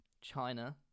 China